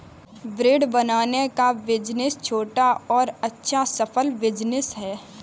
bread बनाने का business छोटा और अच्छा सफल बिज़नेस है